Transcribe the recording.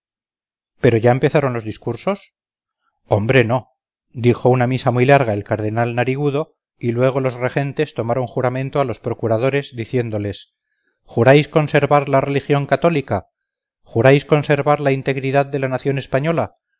pero ya empezaron los discursos hombre no dijo una misa muy larga el cardenal narigudo y luego los regentes tomaron juramento a los procuradores diciéndoles juráis conservar la religión católica juráis conservar la integridad de la nación española